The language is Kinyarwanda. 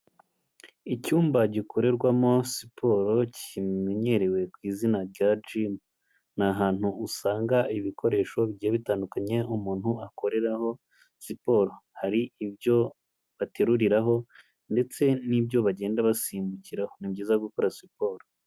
Icyumba gikorerwamo siporo kimenyerewe ku izina rya jimu, ni ahantu usanga ibikoresho bigiye bitandukanye, aho umuntu akoreraho siporo, hari ibyo bateruriraho ndetse n'ibyo bagenda basimbukira, ni byiza gukora siporo.